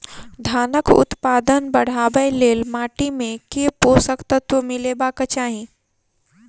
धानक उत्पादन बढ़ाबै लेल माटि मे केँ पोसक तत्व मिलेबाक चाहि?